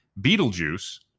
Beetlejuice